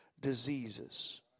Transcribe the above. diseases